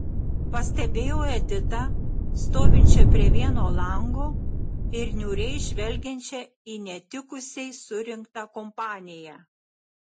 pastebėjau editą stovinčią prie vieno lango ir niūriai žvelgiančią į netikusiai surinktą kompaniją